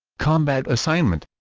combat assignment